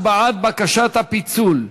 הוא בעד בקשת הפיצול,